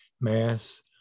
mass